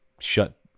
shut